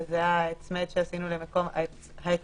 וזה ההצמד וההדבק,